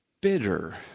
bitter